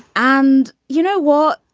and you know what?